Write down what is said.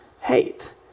hate